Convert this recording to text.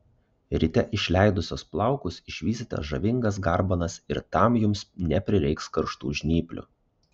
ryte išleidusios plaukus išvysite žavingas garbanas ir tam jums neprireiks karštų žnyplių